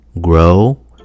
grow